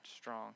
strong